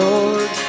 Lord